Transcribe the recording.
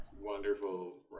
wonderful